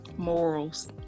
morals